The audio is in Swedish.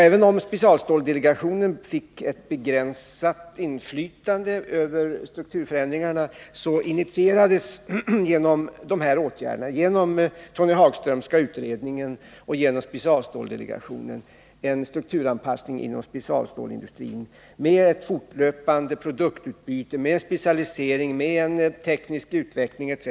Även om specialstålsdelegationen fick ett begränsat inflytande över strukturförändringarna, så initierades genom den Hagströmska utredningen och genom specialstålsdelegationen en strukturanpassning inom specialstålsindustrin med ett fortlöpande produktutbyte, med specialisering, med teknisk utveckling etc.